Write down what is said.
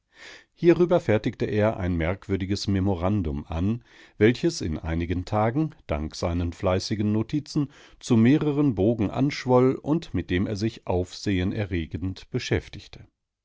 hierüber fertigte er ein merkwürdiges memorandum an welches in einigen tagen dank seinen fleißigen notizen zu mehreren bogen anschwoll und mit dem er sich aufsehen erregend beschäftigte